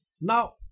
Now